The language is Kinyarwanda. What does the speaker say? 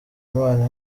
imana